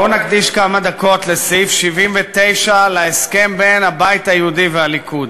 בואו נקדיש כמה דקות לסעיף 79 להסכם בין הבית היהודי והליכוד.